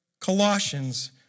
Colossians